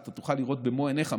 אתה תוכל לראות במו עיניך.